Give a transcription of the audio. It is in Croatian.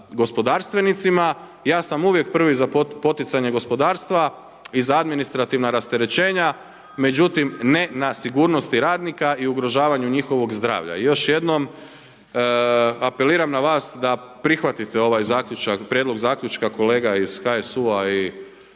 gospodarstvenicima. Ja sam uvijek prvi za poticanje gospodarstva i za administrativna rasterećenje, međutim ne na sigurnosti radnika i ugrožavanju njihovog zdravlja. Još jednom apeliram na vas da prihvatite ovaj zaključak, prijedlog zaključka kolega iz HSU-a i